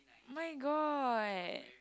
my god